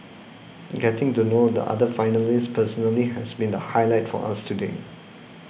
getting to know the other finalists personally has been the highlight for us today